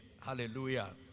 Hallelujah